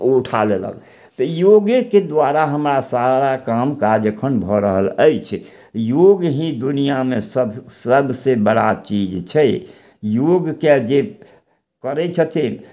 ओ उठा लेलक तऽ योगेके द्वारा हमरा सारा काम काज एखन भऽ रहल अछि योग ही दुनिआँमे सबसँ सबसँ बड़ा चीज छै योगके जे करय छथिन